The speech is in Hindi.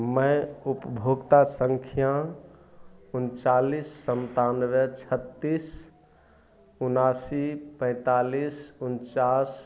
मैं उपभोक्ता संख्या उनचालिस सत्तानवे छत्तीस उन्यासी पैंतालिस उनचास